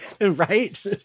Right